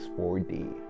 4D